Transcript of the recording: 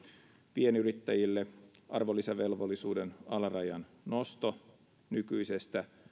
pienyrittäjille arvonlisäverovelvollisuuden alarajan nosto nykyisestä